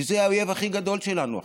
וזה האויב הכי גדול שלנו עכשיו,